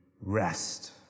rest